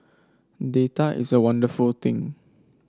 data is a wonderful thing